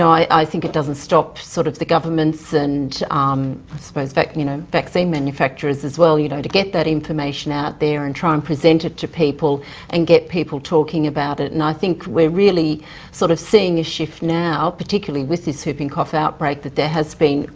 i think it doesn't stop. sort of the governments, and i um suppose vaccine you know vaccine manufacturers as well, you know to get that information out there and try and present it to people and get people talking about it. i think we're really sort of seeing a shift now particularly with this whooping cough outbreak that there has been,